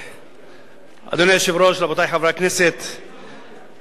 (תיקון, תוספת דחיית קצבה לזכאי לקצבת זיקנה),